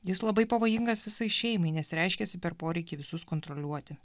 jis labai pavojingas visai šeimai nes reiškiasi per poreikį visus kontroliuoti